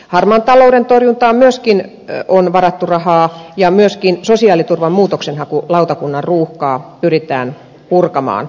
harmaan talouden torjuntaan on myöskin varattu rahaa ja myöskin sosiaaliturvan muutoksenhakulautakunnan ruuhkaa pyritään purkamaan